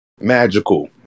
magical